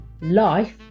life